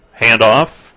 Handoff